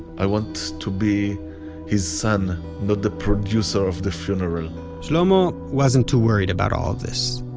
i want to be his son not the producer of the funeral shlomo wasn't too worried about all this.